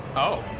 oh.